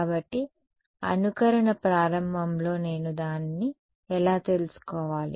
కాబట్టి అనుకరణ ప్రారంభంలో నేను దానిని ఎలా తెలుసుకోవాలి